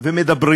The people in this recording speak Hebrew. ומדברים